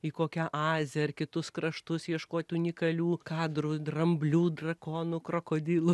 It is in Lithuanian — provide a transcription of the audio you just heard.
į kokią aziją ar kitus kraštus ieškoti unikalių kadrų dramblių drakonų krokodilų